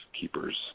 keepers